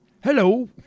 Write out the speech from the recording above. Hello